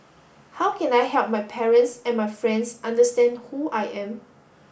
how can I help my parents and my friends understand who I am